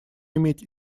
иметь